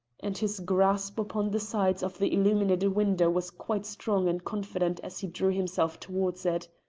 and his grasp upon the sides of the illuminated window was quite strong and confident as he drew himself towards it.